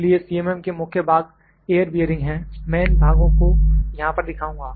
इसलिए CMM के मुख्य भाग एयर बियरिंग हैं मैं इन भागों को यहां पर दिखाऊंगा